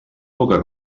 poca